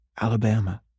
Alabama